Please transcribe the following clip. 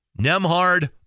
Nemhard